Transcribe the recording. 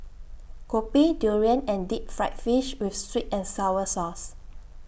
Kopi Durian and Deep Fried Fish with Sweet and Sour Sauce